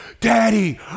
Daddy